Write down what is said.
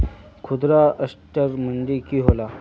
खुदरा असटर मंडी की होला?